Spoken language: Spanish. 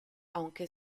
aunque